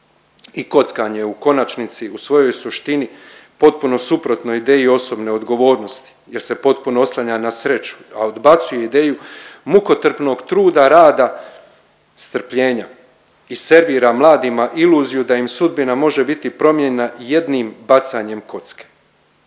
I kockanje je u konačnici u svojoj suštini potpuno suprotno ideji osobne odgovornosti jer se potpuno oslanja na sreću, a odbacuje ideju mukotrpnog truda, rada, strpljenja i servira mladima iluziju da im sudbina može biti promijenjena jednim bacanjem kocke.